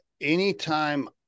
anytime